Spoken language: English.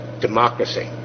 democracy